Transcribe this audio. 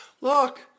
look